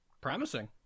Promising